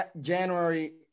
January